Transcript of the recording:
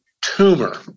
tumor